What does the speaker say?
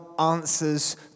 answers